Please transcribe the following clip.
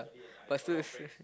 but still